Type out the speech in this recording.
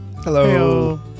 Hello